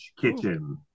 Kitchen